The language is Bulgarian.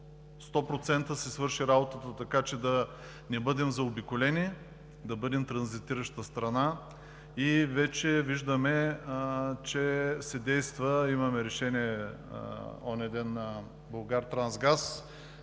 100% си свърши работата така, че да не бъдем заобиколени, да бъдем транзитираща страна. Вече виждаме, че се действа, имаме решение от онзиден на „Булгартрансгаз“